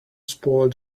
spoil